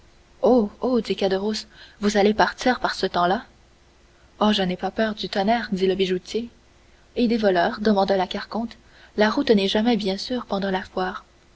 dit caderousse vous allez partir par ce temps-là oh je n'ai pas peur du tonnerre dit le bijoutier et des voleurs demanda la carconte la route n'est jamais bien sûre pendant la foire